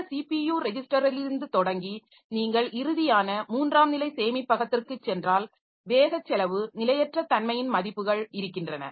இந்த ஸிபியு ரெஜிஸ்டர்களிலிருந்து தொடங்கி நீங்கள் இறுதியான மூன்றாம் நிலை சேமிப்பகத்திற்குச் சென்றால் வேக செலவு நிலையற்ற தன்மையின் மதிப்புகள் இருக்கின்றன